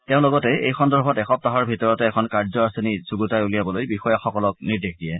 তেওঁ লগতে এই সন্দৰ্বত এসপ্তাহৰ ভিতৰত এখন কাৰ্য আঁচনি যুগুতাই উলিয়াবলৈ বিষয়াসকলক নিৰ্দেশ দিয়ে